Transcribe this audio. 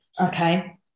Okay